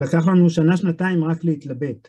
לקח לנו שנה שנתיים רק להתלבט